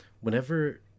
Whenever